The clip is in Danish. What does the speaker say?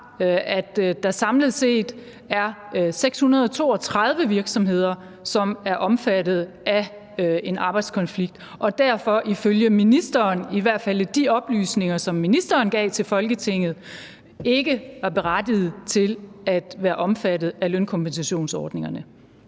der samlet set er 632 virksomheder, som er omfattet af en arbejdskonflikt og derfor ifølge ministeren, i hvert fald af de oplysninger, som ministeren gav til Folketinget, ikke var berettiget til at være omfattet af lønkompensationsordningerne.